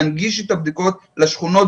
להנגיש את הבדיקות לשכונות,